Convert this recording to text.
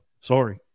Sorry